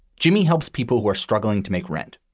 jimmy helps people who are struggling to make rent,